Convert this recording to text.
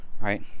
right